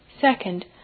Second